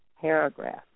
paragraph